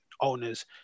owners